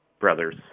Brothers